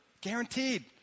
Guaranteed